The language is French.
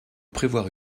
prévoir